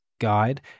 guide